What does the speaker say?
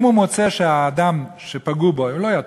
אם הוא מוצא שהאדם שפגעו בו, לא יתום,